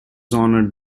honored